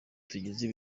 tugize